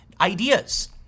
ideas